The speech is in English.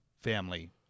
family